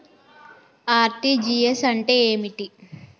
RTGS అంటే ఏమిటి?